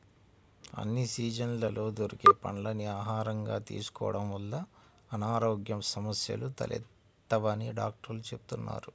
అన్ని సీజన్లలో దొరికే పండ్లని ఆహారంగా తీసుకోడం వల్ల అనారోగ్య సమస్యలు తలెత్తవని డాక్టర్లు చెబుతున్నారు